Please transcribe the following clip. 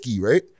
right